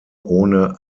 ohne